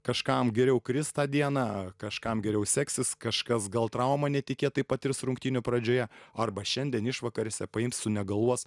kažkam geriau kris tą dieną kažkam geriau seksis kažkas gal traumą netikėtai patirs rungtynių pradžioje arba šiandien išvakarėse paims sunegaluos